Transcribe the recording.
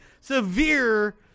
severe